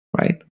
right